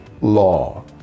law